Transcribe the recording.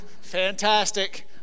fantastic